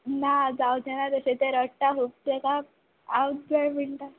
ना जावचें ना तशें तें रडटां खूब तेका हांवच जाय म्हणटा